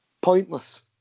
pointless